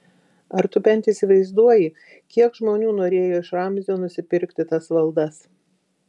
ar tu bent įsivaizduoji kiek žmonių norėjo iš ramzio nusipirkti tas valdas